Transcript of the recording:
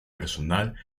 personal